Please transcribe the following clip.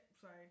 sorry